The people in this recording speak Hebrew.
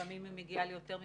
לפעמים היא מגיעה ליותר מ-150%.